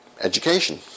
education